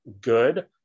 good